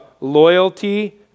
loyalty